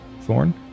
Thorn